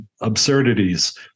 absurdities